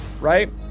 right